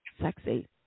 Sexy